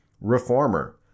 reformer